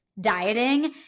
dieting